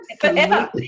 forever